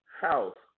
house